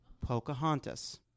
Pocahontas